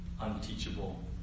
unteachable